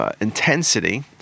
intensity